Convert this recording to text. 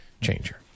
changer